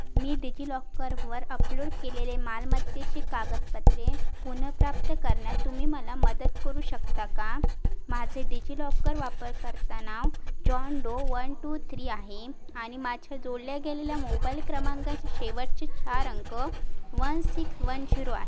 मी डिजि लॉकरवर अपलोड केलेले मालमत्तेची कागदपत्रे पुनर्प्राप्त करण्यात तुम्ही मला मदत करू शकता का माझे डिजि लॉकर वापरकर्ता नाव John Doe one two three आहे आणि माझ्या जोडल्या गेलेल्या मोबाईल क्रमांकाचे शेवटचे चार अंक वन सिक्स वन झिरो आहे